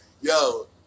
yo